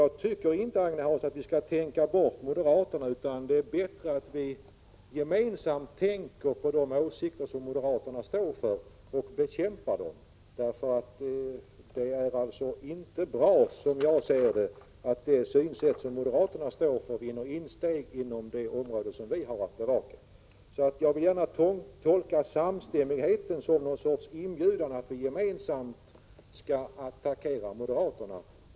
Jag tycker inte, Agne Hansson, att vi skall tänka bort moderaterna, utan det är bättre att vi gemensamt bekämpar de åsikter som moderaterna står för. Som jag ser det är det inte bra att det synsätt som moderaterna står för vinner insteg inom det område vi har bevakat. Jag tolkar samstämmigheten som en inbjudan att vi gemensamt skall attackera moderaterna.